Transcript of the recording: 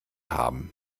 haben